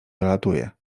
dolatuje